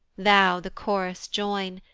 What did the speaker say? thou the chorus join,